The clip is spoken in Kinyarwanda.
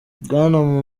bwana